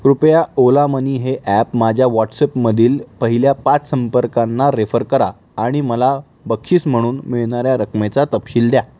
कृपया ओला मनी हे ॲप माझ्या वॉट्सअपमधील पहिल्या पाच संपर्कांना रेफर करा आणि मला बक्षीस म्हणून मिळणाऱ्या रकमेचा तपशील द्या